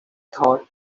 thought